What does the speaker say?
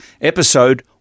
episode